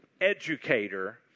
educator